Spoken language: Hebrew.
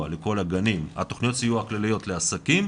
כרגע לכל הגנים תוכניות הסיוע הכלליות לעסקים,